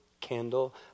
candle